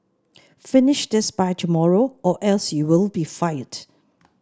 finish this by tomorrow or else you'll be fired